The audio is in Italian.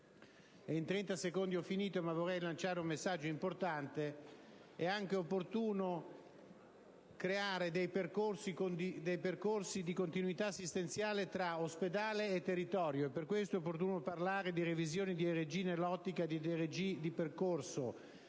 - ho concluso, ma vorrei lanciare un messaggio importante - creare dei percorsi di continuità assistenziale tra ospedale e territorio. Per questo è opportuno parlare di revisione di DRG, nell'ottica di un DRG di percorso,